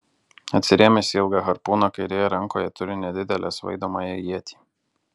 atsirėmęs į ilgą harpūną kairėje rankoje turi nedidelę svaidomąją ietį